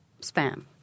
spam